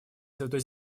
святой